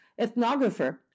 ethnographer